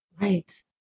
Right